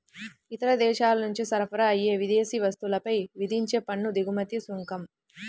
ఇతర దేశాల నుంచి సరఫరా అయ్యే విదేశీ వస్తువులపై విధించే పన్ను దిగుమతి సుంకం